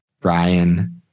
Brian